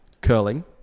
curling